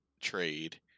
trade